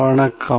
வணக்கம்